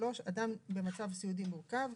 אדם במצב סיעודי מורכב.